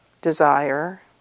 desire